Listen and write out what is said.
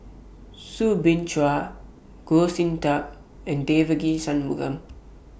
Soo Bin Chua Goh Sin Tub and Devagi Sanmugam